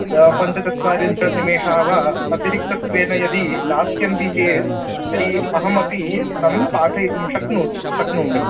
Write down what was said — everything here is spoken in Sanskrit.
पञ्चचत्वारिंशत् निमेषाः वा अतिरिक्तत्वेन यदि दास्यन्ति चेत् तर्हि अहमपि तं पाठयितुं शक्नोति शक्नोमि